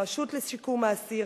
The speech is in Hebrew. הרשות לשיקום האסיר,